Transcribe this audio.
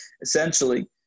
essentially